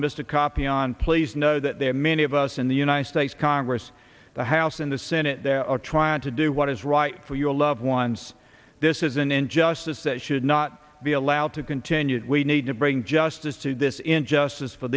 mr copy on please know that there are many of us in the united states congress the house in the senate there are trying to do what is right for your loved ones this is an injustice that should not be allowed continued we need to bring justice to this injustice for